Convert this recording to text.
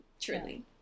Truly